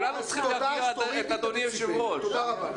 תבינו,